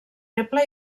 reble